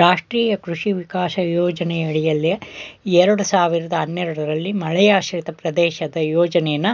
ರಾಷ್ಟ್ರೀಯ ಕೃಷಿ ವಿಕಾಸ ಯೋಜನೆಯಡಿಯಲ್ಲಿ ಎರಡ್ ಸಾವಿರ್ದ ಹನ್ನೆರಡಲ್ಲಿ ಮಳೆಯಾಶ್ರಿತ ಪ್ರದೇಶದ ಯೋಜನೆನ